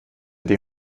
die